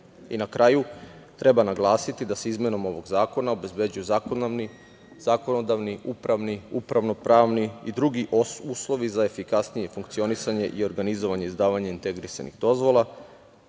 Na kraju treba naglasiti da se izmenom ovog zakona obezbeđuje zakonodavni, upravni, upravno-pravni i drugi uslovi za efikasnije funkcionisanje i organizovanje izdavanje integrisanih dozvola